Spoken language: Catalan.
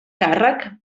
càrrec